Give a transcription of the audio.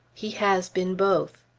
he has been both.